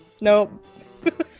nope